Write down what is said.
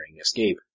escape